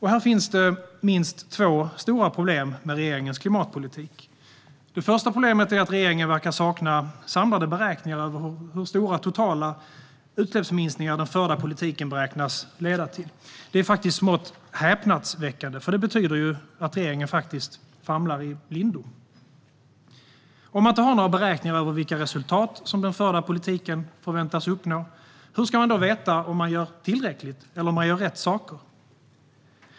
Här finns minst två stora problem med regeringens klimatpolitik. Det första problemet är att regeringen verkar sakna samlade beräkningar över hur stora totala utsläppsminskningar den förda politiken beräknas leda till. Det är faktiskt smått häpnadsväckande, för det betyder ju att regeringen famlar i blindo. Om man inte har några beräkningar av vilka resultat den förda politiken förväntas uppnå, hur ska man då veta om man gör tillräckligt eller om man gör rätt saker?